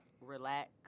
relax